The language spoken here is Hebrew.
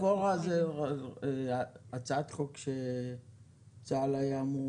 לכאורה זאת הצעת חוק שצה"ל היה אמור